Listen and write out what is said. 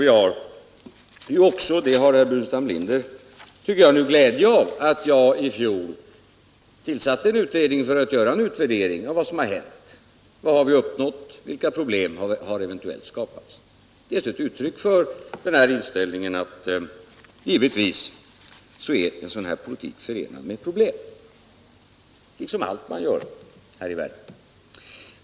ringslagen Vi har också genom den utredning som jag i fjol tillsatte och som jag tycker herr Burenstam Linder har glädje av nu för att få en utvärdering av vad som har hänt — vad har vi uppnått, vilka problem har vi skapat? —- gett uttryck åt den inställningen att givetvis är en sådan här politik förenad med problem, liksom allt man gör här i världen.